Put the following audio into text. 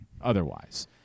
otherwise